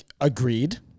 Agreed